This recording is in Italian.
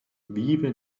vive